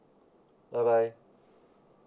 bye bye